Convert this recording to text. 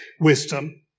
wisdom